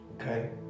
Okay